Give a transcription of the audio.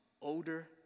older